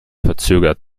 verzögert